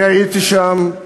אני הייתי שם,